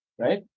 Right